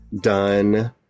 done